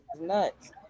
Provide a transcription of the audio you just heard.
nuts